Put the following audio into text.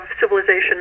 civilization